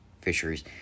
fisheries